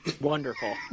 Wonderful